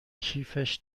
کیفش